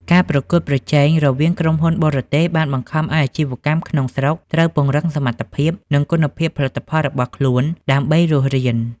ការប្រកួតប្រជែងរវាងក្រុមហ៊ុនបរទេស បានបង្ខំឱ្យអាជីវកម្មក្នុងស្រុកត្រូវពង្រឹងសមត្ថភាព និងគុណភាពផលិតផលរបស់ខ្លួនដើម្បីរស់រាន។